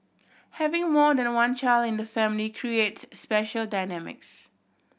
having more than one child in the family creates special dynamics